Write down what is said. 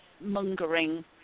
mongering